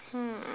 hmm